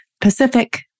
Pacific